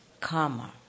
karma